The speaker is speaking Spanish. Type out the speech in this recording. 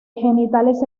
genitales